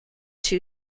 two